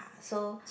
ah so